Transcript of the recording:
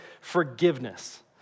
forgiveness